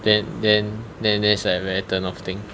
then then then that's like a very turn off thing